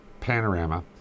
panorama